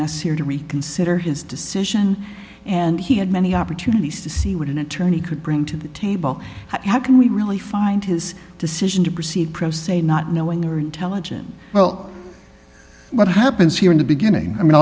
naseer to reconsider his decision and he had many opportunities to see what an attorney could bring to the table how can we really find his decision to proceed process a not knowing their intelligent well what happens here in the beginning i mean